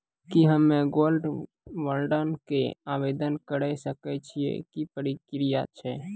की हम्मय gold bond के आवदेन करे सकय छियै, की प्रक्रिया छै?